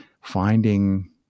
finding